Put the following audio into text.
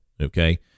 okay